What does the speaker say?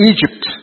Egypt